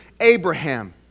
Abraham